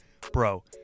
Bro